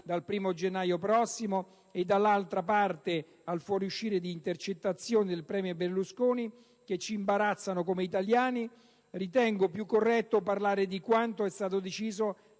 dal 1° gennaio prossimo, e, dall'altra, al fuoriuscire di intercettazioni del *premier* Berlusconi che ci imbarazzano come italiani), ritengo più corretto parlare di quanto è stato deciso